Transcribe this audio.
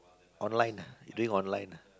online ah you doing online